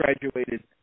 graduated